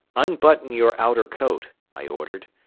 unbutton your outer coat, i ordered,